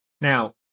Now